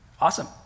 Awesome